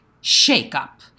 shake-up